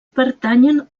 pertanyen